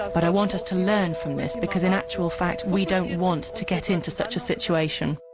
but i want us to learn from this because in actual fact we don't want to get into such a situation.